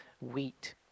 wheat